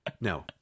no